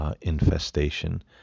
infestation